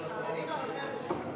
איך אתה קורא בצורה כזאת?